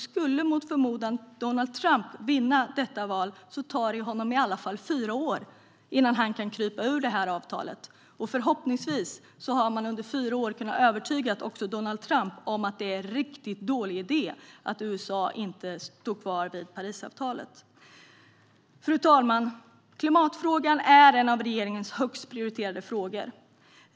Skulle mot förmodan Donald Trump vinna detta val tar det honom i alla fall fyra år innan han kan krypa ur det här avtalet. Förhoppningsvis har man på fyra år kunnat övertyga också Donald Trump om att det är en riktigt dålig idé att USA inte ska stå fast vid Parisavtalet. Fru talman! Klimatfrågan är en av regeringens högst prioriterade frågor.